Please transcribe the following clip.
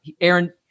Aaron